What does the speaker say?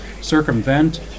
circumvent